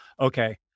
okay